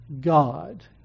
God